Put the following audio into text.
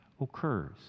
occurs